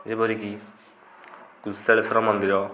ଯେପରିକି କୃଷାଳେଶ୍ୱର ମନ୍ଦିର